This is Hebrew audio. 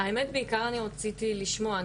האמת היא שבעיקר אני רציתי לשמוע,